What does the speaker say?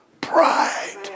Pride